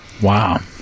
wow